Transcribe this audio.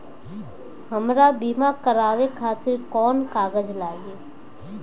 हमरा बीमा करावे खातिर कोवन कागज लागी?